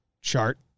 chart